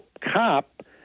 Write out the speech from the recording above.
cop